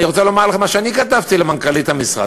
אני רוצה לומר לך מה שאני כתבתי למנכ"לית המשרד.